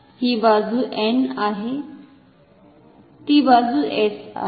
ही बाजु N आहे ती बाजु S आहे